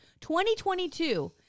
2022